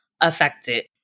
affected